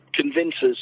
convinces